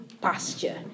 pasture